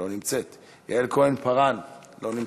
לא נמצאת, יעל כהן-פארן, לא נמצאת,